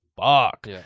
Fuck